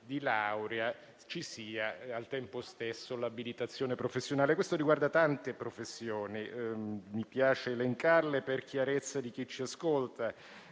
di laurea ci sia al tempo stesso l'abilitazione professionale. Questo riguarda tante professioni, che mi piace elencare per chiarezza di chi ci ascolta: